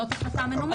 זו החלטה מנומקת.